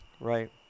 Right